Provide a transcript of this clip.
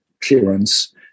clearance